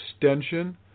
extension